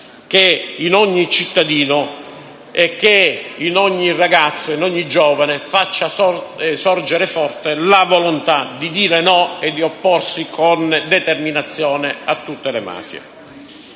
che in ogni cittadino, in ogni ragazzo e in ogni giovane faccia sorgere forte la volontà di dire no e di opporsi con determinazione a tutte le mafie.